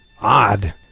odd